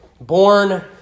born